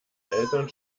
eltern